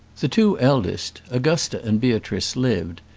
the two eldest, augusta and beatrice, lived,